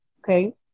Okay